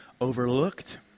overlooked